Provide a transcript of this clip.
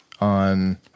on